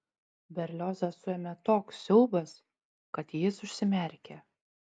berliozą suėmė toks siaubas kad jis užsimerkė